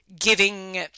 giving